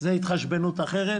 זו התחשבנות אחרת,